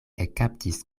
ekkaptis